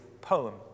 poem